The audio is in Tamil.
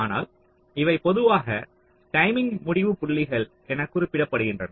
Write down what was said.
அதனால் இவை பொதுவாக டைமிங் முடிவுப்புள்ளிகள் என குறிப்பிடப்படுகின்றன